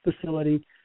facility